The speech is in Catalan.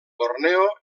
borneo